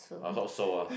I hope so ah